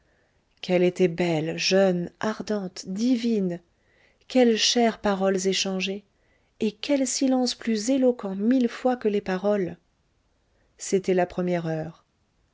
qu'elle était belle jeune ardente divine quelles chères paroles échangées et quels silences plus éloquents mille fois que les paroles c'était la première heure